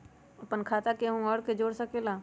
अपन खाता मे केहु आर के जोड़ सके ला?